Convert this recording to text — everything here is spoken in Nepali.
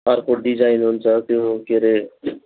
अर्को डिजाइन हुन्छ त्यो के अरे